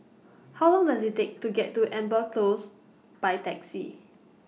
How Long Does IT Take to get to Amber Close By Taxi